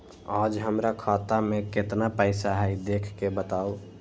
आज हमरा खाता में केतना पैसा हई देख के बताउ?